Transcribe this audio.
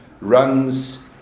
runs